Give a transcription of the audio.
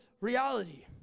reality